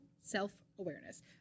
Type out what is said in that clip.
self-awareness